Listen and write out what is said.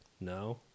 No